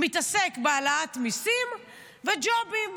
מתעסק בהעלאת מיסים וג'ובים,